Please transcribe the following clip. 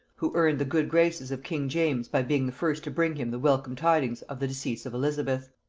who earned the good graces of king james by being the first to bring him the welcome tidings of the decease of elizabeth.